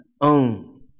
own